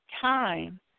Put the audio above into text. time